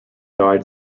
died